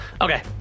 Okay